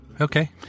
Okay